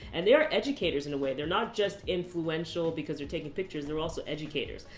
and they are educators in a way, they're not just influential, because they're taking pictures. they're also educators.